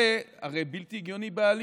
זה הרי בלתי הגיוני בעליל.